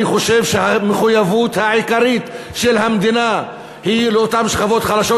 אני חושב שהמחויבות העיקרית של המדינה היא לאותן שכבות חלשות,